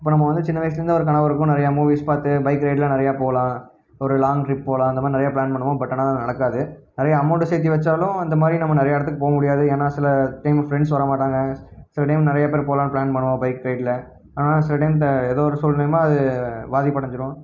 இப்போ நம்ம வந்து சின்ன வயசிலேருந்தே ஒரு கனவு இருக்கும் நிறையா மூவிஸ் பார்த்து பைக் ரைடெலாம் நிறையா போகலாம் ஒரு லாங் ட்ரிப் போகலாம் அந்தமாதிரி நிறையா பிளான் பண்ணுவோம் பட் ஆனால் அது நடக்காது நிறைய அமௌண்ட்டை சேர்த்தி வைச்சாலும் அந்தமாதிரி நம்ம நிறையா இடத்துக்கு போகமுடியாது ஏன்னால் சில டைம் ஃப்ரெண்ட்ஸ் வர மாட்டாங்க சில டைம் நிறையா பேர் போகலான்னு பிளான் பண்ணுவோம் பைக் ரைடில் ஆனால் சில டைம் இந்த ஏதோ ஒரு சூழ்நிலைமா அது பாதிப்படைஞ்சிரும்